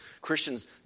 Christians